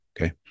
Okay